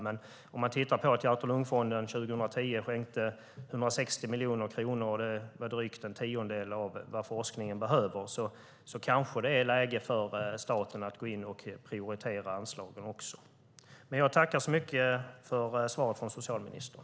Men om man tittar på att Hjärt-Lungfonden 2010 skänkte 160 miljoner kronor och att det var drygt en tiondel av vad forskningen behöver kanske det är läge för staten att gå in och prioritera anslagen också. Jag tackar så mycket för svaret från socialministern.